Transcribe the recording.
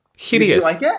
hideous